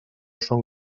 són